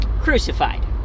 Crucified